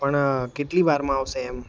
પણ કેટલી વારમાં આવશે એમ